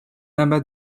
amas